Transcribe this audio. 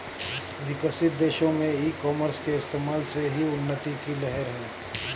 विकसित देशों में ई कॉमर्स के इस्तेमाल से ही उन्नति की लहर है